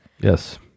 Yes